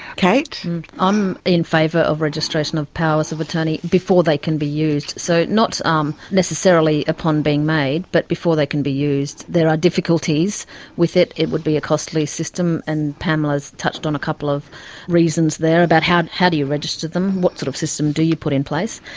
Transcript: i'm in favour of registration of powers of attorney before they can be used. so not um necessarily upon being made but before they can be used. there are difficulties with that. it would be a costly system, and pamela has touched on a couple of reasons there about how how do you register them, what sort of system do you put in place?